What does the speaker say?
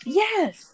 yes